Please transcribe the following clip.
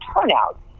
turnout